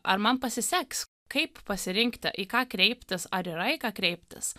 ar man pasiseks kaip pasirinkti į ką kreiptis ar yra į ką kreiptis